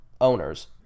owners